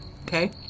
Okay